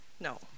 No